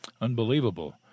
Unbelievable